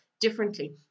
differently